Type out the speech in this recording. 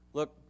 Look